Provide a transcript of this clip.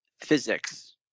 physics